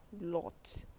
lot